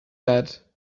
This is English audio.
that